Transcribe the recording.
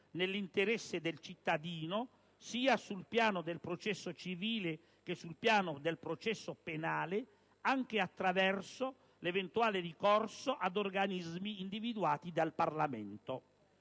nell'interesse del cittadino, sia sul piano del processo civile che sul piano del processo penale, anche attraverso l'eventuale ricorso ad organismi individuati dal Parlamento.